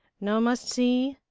no must see,